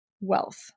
wealth